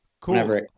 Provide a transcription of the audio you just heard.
Cool